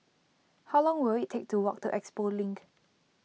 how long will it take to walk to Expo Link